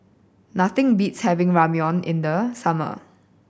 nothing beats having Ramyeon in the summer